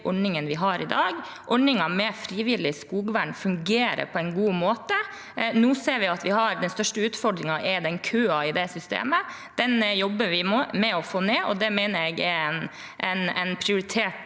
ordningene vi har i dag. Ordningen med frivillig skogvern fungerer på en god måte. Nå ser vi at den største utfordringen er køen i systemet. Den jobber vi med å få ned, og det er en prioritert